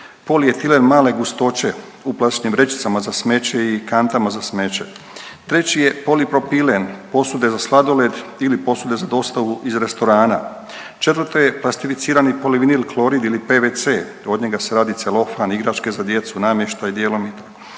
polietilen male gustoće u plastičnim vrećicama za smeće i kantama za smeće. Treći je polipropilen posude za sladoled ili posude za dostavu iz restorana. Četvrto je plastificirani polivinil klorid ili PVC od njega se radi celofan, igračke za djecu, namještaj dijelom.